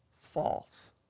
false